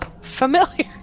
familiar